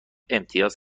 امتیاز